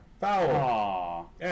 Foul